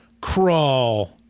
Crawl